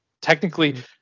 Technically